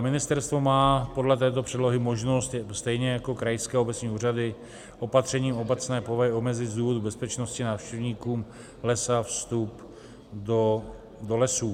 Ministerstvo má podle této předlohy možnost, stejně jako krajské a obecní úřady, opatřením obecné povahy omezit z důvodu bezpečnosti návštěvníkům lesa vstup do lesů.